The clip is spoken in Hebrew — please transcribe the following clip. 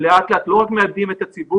לאט לאט לא רק מאבדים את הציבור,